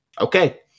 okay